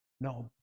No